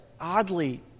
oddly